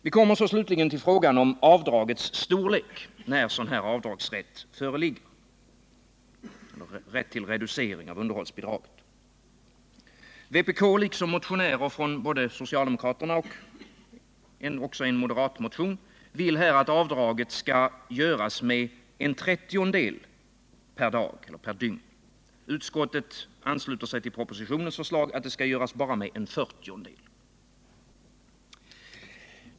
Vi kommer slutligen till frågan om avdragets storlek, alltså rätten till reducering av underhållsbidraget, där sådan avdragsrätt föreligger. Vpk 23 liksom motionärer från både socialdemokraterna och moderaterna vill här att avdraget skall göras med 1 40.